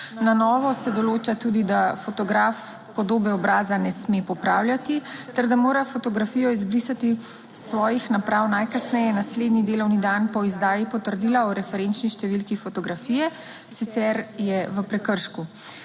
Na novo se določa tudi, da fotograf podobe obraza ne sme popravljati ter da mora fotografijo izbrisati svojih naprav najkasneje naslednji delovni dan po izdaji Potrdila o referenčni številki fotografije, sicer je v prekršku.